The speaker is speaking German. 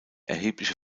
erhebliche